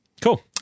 Cool